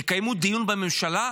תקיימו דיון בממשלה,